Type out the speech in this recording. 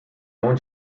own